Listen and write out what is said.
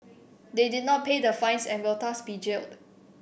they did not pay the fines and will thus be jailed